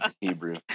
Hebrew